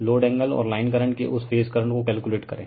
load angle और line current के उस फेज करंट को कैलकुलेट करें